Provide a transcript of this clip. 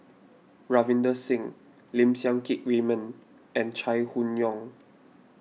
Ravinder Singh Lim Siang Keat Raymond and Chai Hon Yoong